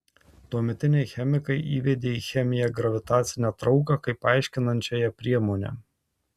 tuometiniai chemikai įvedė į chemiją gravitacinę trauką kaip aiškinančiąją priemonę